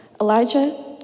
Elijah